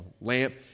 lamp